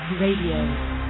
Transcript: Radio